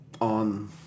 on